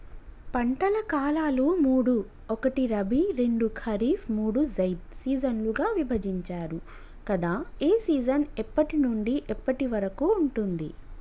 పంటల కాలాలు మూడు ఒకటి రబీ రెండు ఖరీఫ్ మూడు జైద్ సీజన్లుగా విభజించారు కదా ఏ సీజన్ ఎప్పటి నుండి ఎప్పటి వరకు ఉంటుంది?